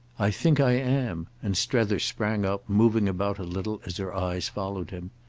i think i am! and strether sprang up, moving about a little as her eyes followed him.